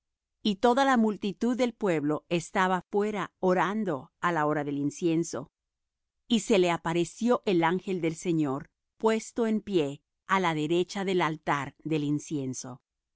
y toda la multitud del pueblo estaba fuera orando á la hora del incienso y se le apareció el ángel del señor puesto en pie á la derecha del altar del incienso